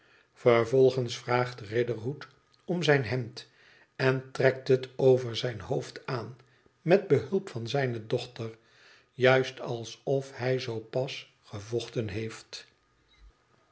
vervolgens vraagt ridergood om zijn hemd en trekt het over zijn hoofd aan met behulp van zijne dochter juist alsof hij zoo pas gevochten heeft